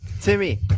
timmy